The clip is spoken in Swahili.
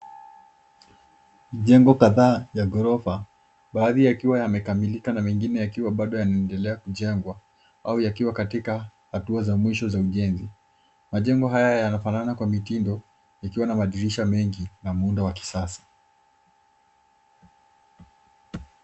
Jengo kadhaa ya ghorofa, baadhi yakiwa yamekamilika na mengine yakiwa bado yanaendelea kujengwa au yakiwa katika hatua za mwisho za ujenzi. Majengo haya yanafanana kwa mitindo yakiwa na madirisha mengi na muundo wa kisasa.